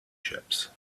ships